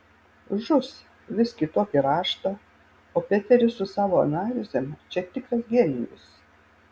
žus vis kitokį raštą o peteris su savo analizėm čia tikras genijus